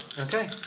Okay